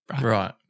Right